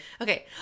okay